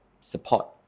Support